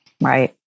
Right